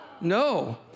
No